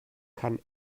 kann